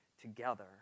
together